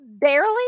barely